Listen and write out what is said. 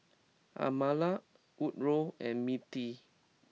Amalia Woodroe and Mindi